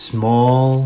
Small